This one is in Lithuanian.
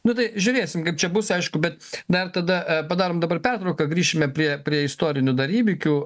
nu tai žiūrėsim kaip čia bus aišku bet dar tada padarom dabar pertrauką grįšime prie prie istorinių dar įvykių